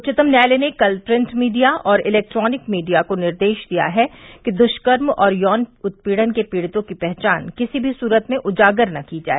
उच्चतम न्यायालय ने कल प्रिंट मीडिया और इलेक्ट्रोनिक मीडिया को निर्देश दिया है कि दृष्कर्म और यौन उत्पीड़न के पीड़ितों की पहचान किसी भी सूरत में उजागर न की जाए